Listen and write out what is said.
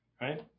right